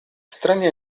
strani